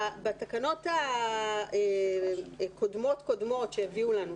בתקנות הקודמות קודמות שהביאו לנו,